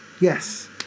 Yes